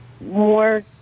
more –